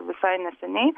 visai neseniai